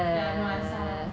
ya I know I saw